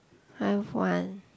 I've one